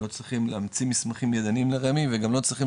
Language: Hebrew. לא צריכים להמציא מסמכים ידניים לרמ"י וגם לא צריכים